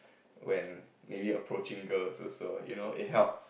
when maybe approaching girls also you know it helps